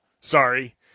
Sorry